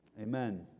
amen